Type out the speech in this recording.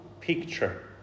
picture